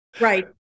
Right